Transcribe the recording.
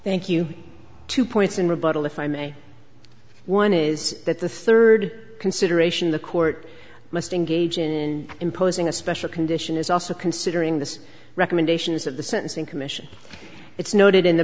thank you two points in rebuttal if i may one is that the third consideration the court must engage in imposing a special condition is also considering this recommendation is that the sentencing commission it's noted in